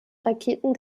raketen